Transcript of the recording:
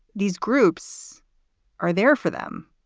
these groups are there for them.